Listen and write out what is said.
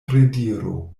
rediro